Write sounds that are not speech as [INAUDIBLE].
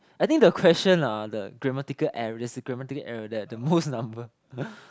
I think the question ah the grammatical errors the grammatical error there the most number [BREATH]